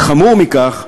וחמור מכך,